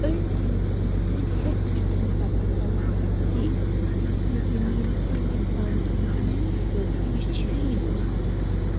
أڑۍ لُکھ زٔمیٖن ہیٚتھ چھُ تِمَن پَتہ چَلان کہِ یُس یہِ زٔمیٖن یٔمۍ اِنسانَس یٔمِس نِش اَسہِ یہِ ہیوٚت یہِ چھُ یی نہٕ اوسمُت تٔمۍ سُنٛد